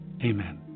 Amen